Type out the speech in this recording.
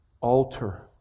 alter